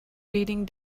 reading